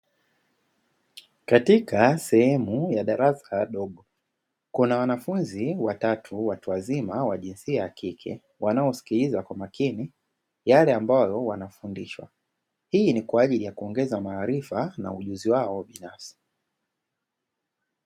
Katika sehemu ya darasa dogo, kuna wanafunzi watatu watu wazima wa jinsia ya kike wanaosikiliza kwa makini yale ambayo wanayofundishwa. Hii ni kwa ajili ya kuongeza maarifa na ujuzi wao binafsi.